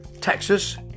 Texas